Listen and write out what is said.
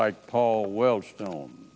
like paul wellstone